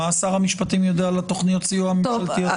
מה שר המשפטים יודע על תכניות הסיוע הממשלתיות?